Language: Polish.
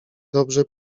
dobrze